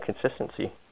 consistency